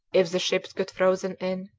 if the ships got frozen in,